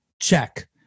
check